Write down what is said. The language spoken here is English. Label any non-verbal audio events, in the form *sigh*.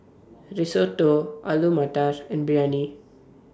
Risotto Alu Matar *noise* and Biryani